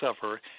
suffer